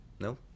No